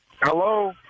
Hello